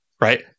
right